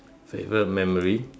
favourite memory